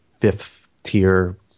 fifth-tier